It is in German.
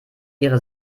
ihre